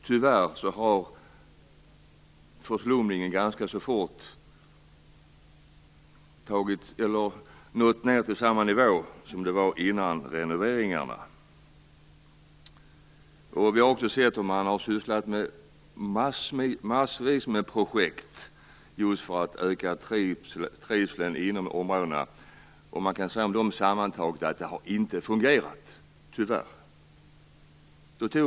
Tyvärr har förslumningen ganska snabbt nått samma nivå som före renoveringarna. Vi har också sett att man har sysslat med massor av projekt just för att öka trivseln inom områdena. Sammantaget kan man säga att detta tyvärr inte har fungerat.